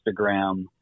Instagram